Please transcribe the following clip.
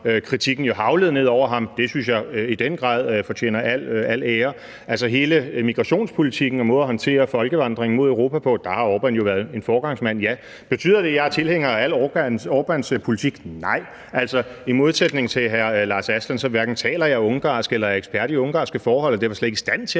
kritikken jo haglede ned over ham – det synes jeg i den grad fortjener al ære. Altså, med hensyn til hele migrationspolitikken og måden at håndtere folkevandringen mod Europa på har Orbán jo været en foregangsmand, ja. Betyder det, at jeg er tilhænger af al Orbáns politik? Nej. I modsætning til hr. Lars Aslan Rasmussen hverken taler jeg ungarsk eller er ekspert i ungarske forhold og er derfor slet ikke i stand til